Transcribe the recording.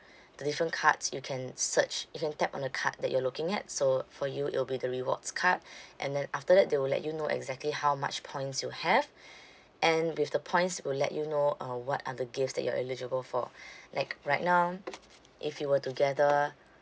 the different cards you can search you can tap on the card that you're looking at so for you it'll be the rewards card and then after that they will let you know exactly how much points you have and with the points we'll let you know uh what are the gifts that you're eligible for like right now if you were to gather